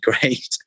great